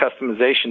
customization